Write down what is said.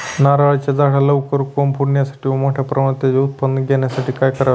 नारळाच्या झाडाला लवकर कोंब फुटण्यासाठी व मोठ्या प्रमाणावर त्याचे उत्पादन घेण्यासाठी काय करावे लागेल?